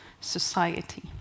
society